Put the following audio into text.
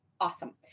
awesome